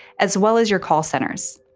as well as your call centers.